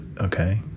Okay